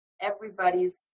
everybody's